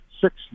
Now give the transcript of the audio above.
six